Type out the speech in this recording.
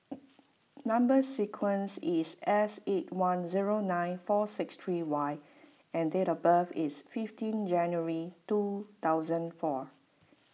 Number Sequence is S eight one zero nine four six three Y and date of birth is fifteen January two thousand four